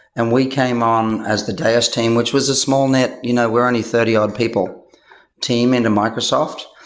and we came on as the deis team, which was a small knit. you know we're only thirty odd people team into microsoft,